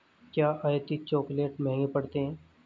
क्या आयातित चॉकलेट महंगे पड़ते हैं?